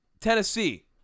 Tennessee